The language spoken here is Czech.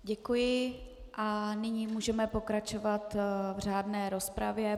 Děkuji a nyní můžeme pokračovat v řádné rozpravě.